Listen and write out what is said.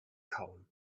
kauen